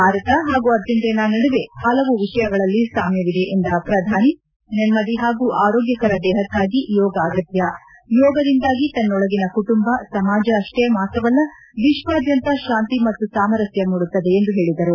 ಭಾರತ ಹಾಗೂ ಅರ್ಜೆಂಟೀನಾ ನಡುವೆ ಹಲವು ವಿಷಯಗಳಲ್ಲಿ ಸಾಮ್ಯವಿದೆ ಎಂದ ಪ್ರಧಾನಿ ನೆಮ್ದಿ ಹಾಗೂ ಆರೋಗ್ಲಕರ ದೇಹಕ್ಕಾಗಿ ಯೋಗ ಅಗತ್ಯ ಯೋಗದಿಂದಾಗಿ ತನ್ನೊಳಗಿನ ಕುಟುಂಬ ಸಮಾಜ ಅಷ್ಲೇ ಮಾತ್ರವಲ್ಲ ವಿಶ್ವಾದ್ಯಂತ ಶಾಂತಿ ಮತ್ತು ಸಾಮರಸ್ನ ಮೂಡುತ್ತದೆ ಎಂದು ಹೇಳಿದರು